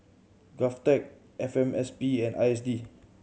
GovTech F M S P and I S D